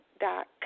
dot